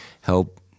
help